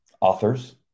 authors